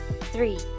Three